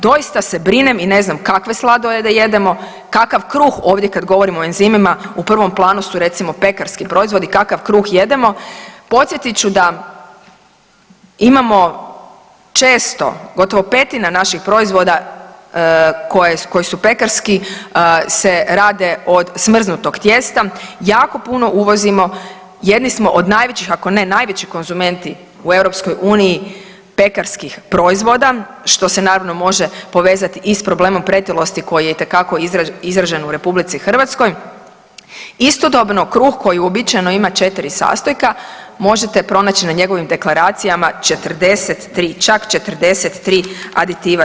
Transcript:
Doista se brinem i ne znam kakve sladolede jedemo, kakav kruh ovdje kad govorimo o enzimima, u prvom planu su recimo pekarskih proizvodi, kakav kruh jedemo, podsjetit ću da imamo često, gotovo 1/5 naših proizvoda koji su pekarski se rade od smrznutog tijesta, jako puno uvozimo, jedni smo od najvećih, ako ne najveći konzumenti u EU pekarskih proizvoda, što se naravno može povezati i s problemom pretilosti koji je itekako izražen u RH, istodobno, kruh koji uobičajeno ima 4 sastojka, možete pronaći na njegovim deklaracijama 43, čak 43 aditiva.